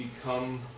become